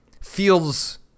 feels